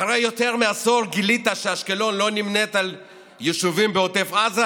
אחרי יותר מעשור גילית שאשקלון לא נמנית עם היישובים בעוטף עזה?